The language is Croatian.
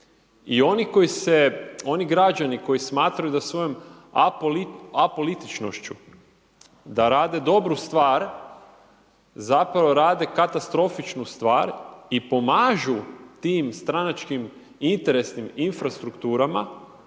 I oni građani koji smatraju da svojim apolitičnošću da rade dobru stvar, zapravo rade katastrofičnu stvar i pomažu tim stranačkim interesnim infrastrukturama